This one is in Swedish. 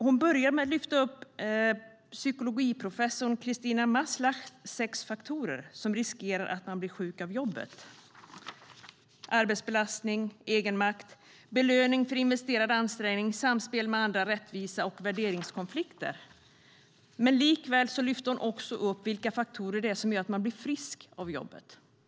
Hon började med att lyfta fram psykologiprofessor Christina Maslachs sex faktorer som gör att man riskerar att bli sjuk av jobbet: hög arbetsbelastning, bristande egenmakt, bristande belöning för investerad ansträngning, bristande samspel med andra, bristande rättvisa och värderingskonflikter. Likaså lyfte hon fram vilka faktorer det är som gör att man blir frisk av jobbet.